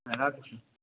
হ্যাঁ রাখছি